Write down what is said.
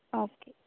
okay